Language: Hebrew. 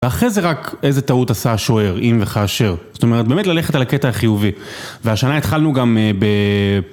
ואחרי זה רק איזה טעות עשה השוער, אם וכאשר. זאת אומרת, באמת ללכת על הקטע החיובי. והשנה התחלנו גם ב...